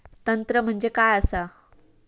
तंत्र म्हणजे काय असा?